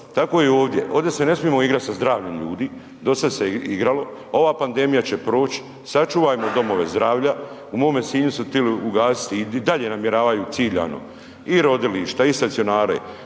Tako je i ovdje, ovdje se ne smijemo igrat sa zdravljem ljudi, dosad se igralo. Ova pandemija će proć, sačuvajmo domove zdravlja. U mome Sinju su tili ugasiti i dalje namjeravaju ciljano i rodilišta i stacionare,